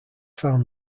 found